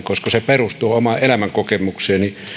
koska se perustuu omaan elämänkokemukseeni